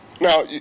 Now